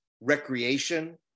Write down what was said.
recreation